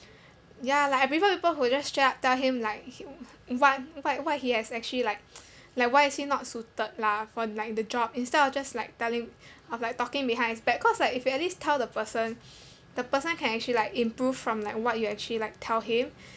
ya I prefer people who just straight up tell him like what why why he has actually like like why is he not suited lah for like the job instead of just like telling of like talking behind his back cause like if you at least tell the person the person can actually like improve from like what you actually like tell him